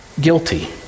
guilty